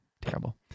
terrible